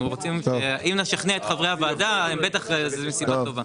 אנחנו רוצים אם נשכנע את חברי הוועדה בטח זה מסיבה טובה.